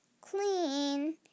clean